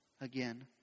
again